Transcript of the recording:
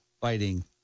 Fighting